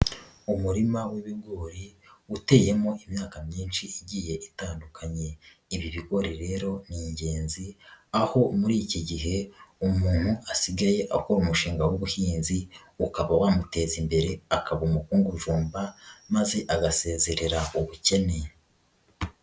Umurima w'ibigori uteyemo imyaka myinshi igiye itandukanye, ibi bigori rero ni ingenzi aho muri iki gihe umuntu asigaye akora umushinga w'ubuhinzi ukaba wamuteza imbere akaba umukungujumba maze agasezerera ubukene.